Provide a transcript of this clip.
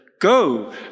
Go